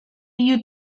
you